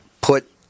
put